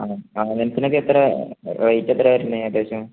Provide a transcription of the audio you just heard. ആ ആ അങ്ങനത്തേതിന് ഒക്കെ എത്രയാണ് റേറ്റ് എത്രയാണ് വരുന്നത് ഏകദേശം